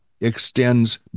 extends